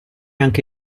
anche